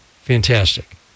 Fantastic